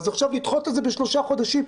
אז עכשיו לדחות את זה בשלושה חודשים.